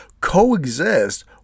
coexist